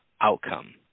outcome